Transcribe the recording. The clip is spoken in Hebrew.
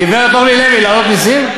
גברת אורלי לוי, להעלות מסים?